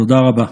תודה רבה.